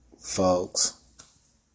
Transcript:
Folks